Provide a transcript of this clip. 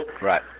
Right